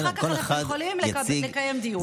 אחר כך אנחנו יכולים לקיים דיון.